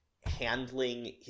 handling